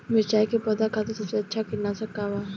मिरचाई के पौधा खातिर सबसे अच्छा कीटनाशक का बा?